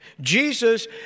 Jesus